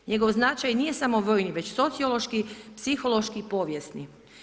Njegov značaj nije samo vojni već i sociološki, psihološki, povijesni.